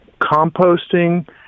composting